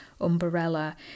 umbrella